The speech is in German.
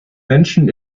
menschen